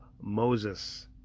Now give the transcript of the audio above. Moses